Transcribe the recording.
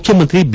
ಮುಖ್ಯಮಂತ್ರಿ ಬಿ